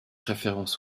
références